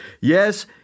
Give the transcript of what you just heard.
Yes